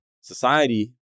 Society